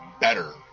better